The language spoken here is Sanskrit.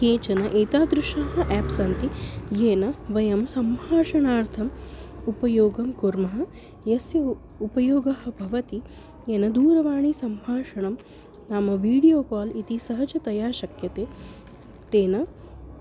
केचन एतादृशाः एप्स् सन्ति येन वयं सम्भाषणार्थम् उपयोगं कुर्मः यस्य उपयोगः भवति येन दूरवाणीसम्भाषणं नाम वीडियो काल् इति सहजतया शक्यते तेन